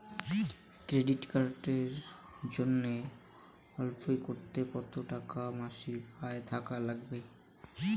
Credit কার্ডের জইন্যে apply করিতে কতো টাকা মাসিক আয় থাকা নাগবে?